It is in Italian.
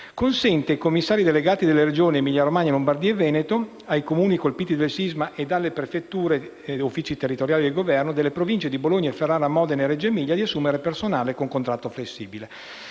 consente ai commissari delegati delle Regioni Emilia-Romagna, Lombardia e Veneto, ai Comuni colpiti dal sisma ed alle prefetture - uffici territoriali del Governo delle Province di Bologna, Ferrara, Modena e Reggio Emilia - di assumere personale con contratto flessibile.